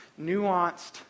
nuanced